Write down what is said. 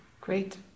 Great